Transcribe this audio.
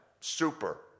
Super